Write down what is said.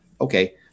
okay